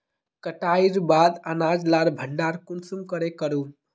कटाईर बाद अनाज लार भण्डार कुंसम करे करूम?